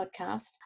Podcast